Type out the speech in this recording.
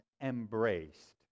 embraced